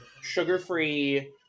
sugar-free